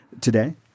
today